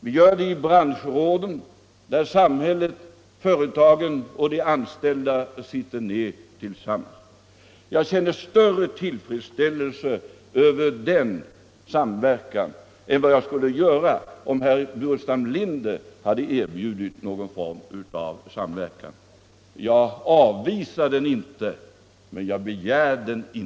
Vi gör det i branschråden, där samhället, företagen och de anställda sitter tillsammans. Jag känner större tillfredsställelse över den samverkan än vad 150 jag skulle göra om herr Burenstam Linder hade erbjudit någon form av samverkan. Jag avvisar inte en sådan, men jag begär inte heller någon.